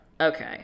okay